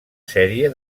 sèrie